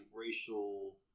racial